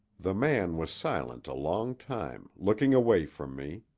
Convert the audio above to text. the man was silent a long time, looking away from me.